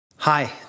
Hi